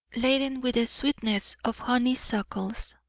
laden with the sweetness of honeysuckles